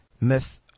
myth